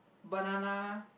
banana